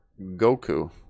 Goku